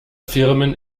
firmen